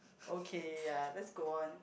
okay ya let's go on